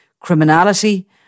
criminality